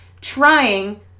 trying